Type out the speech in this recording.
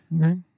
okay